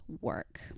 work